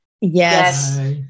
Yes